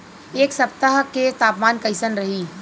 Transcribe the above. एह सप्ताह के तापमान कईसन रही?